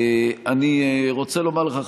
אני רוצה לומר לך,